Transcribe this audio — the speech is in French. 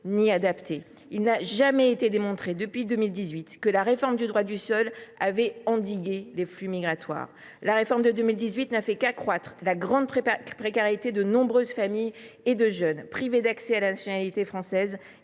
ni adaptée. Il n’a jamais été démontré, depuis 2018, que la réforme du droit du sol avait endigué les flux migratoires. Au contraire, elle n’a fait qu’accroître la grande précarité de nombreuses familles et de jeunes privés d’accès à la nationalité française